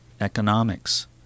economics